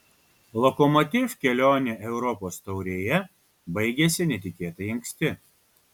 lokomotiv kelionė europos taurėje baigėsi netikėtai anksti